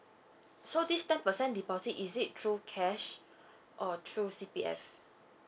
so this ten percent deposit is it through cash or through C_P_F